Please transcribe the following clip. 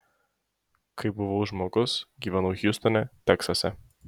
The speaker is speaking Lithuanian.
kai buvau žmogus gyvenau hjustone teksase